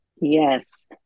Yes